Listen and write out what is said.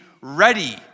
ready